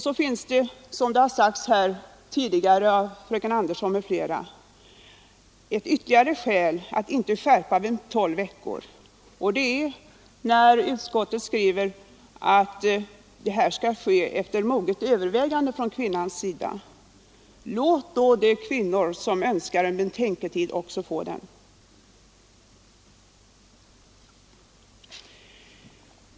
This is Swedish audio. Så finns det, som sagts tidigare av fröken Andersson m.fl., ytterligare ett skäl att inte skärpa bestämmelserna efter tolfte veckan, nämligen att beslutet enligt vad utskottet skriver skall ske efter moget övervägande från kvinnans sida. Låt då de kvinnor som önskar betänketid få en sådan!